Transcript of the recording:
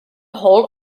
hold